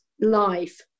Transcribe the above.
life